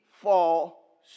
fall